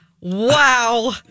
wow